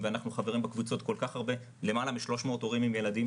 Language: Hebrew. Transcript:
ואנחנו חברים בקבוצות כל כך הרבה למעלה מ-300 הורים עם ילדים